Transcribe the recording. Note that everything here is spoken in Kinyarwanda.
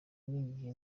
n’igihe